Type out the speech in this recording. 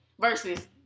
Versus